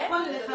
זה מאוד עזר.